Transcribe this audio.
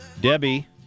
Debbie